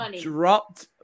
dropped